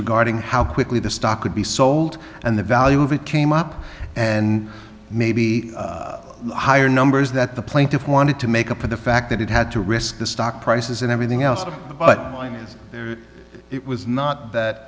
regarding how quickly the stock could be sold and the value of it came up and maybe higher numbers that the plaintiff wanted to make up for the fact that it had to risk the stock prices and everything else but i knew it was not that